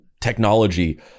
technology